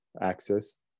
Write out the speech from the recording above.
access